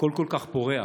הכול כל כך פורח.